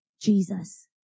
Jesus